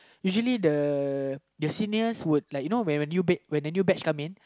usually the the seniors would like you know when a new bed when a new batch come in